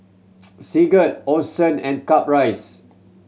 Sigurd Orson and Caprice